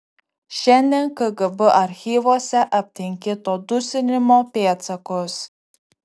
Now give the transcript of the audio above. šiandien kgb archyvuose aptinki to dusinimo pėdsakus